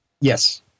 Yes